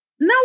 Now